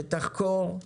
שתחקור,